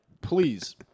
Please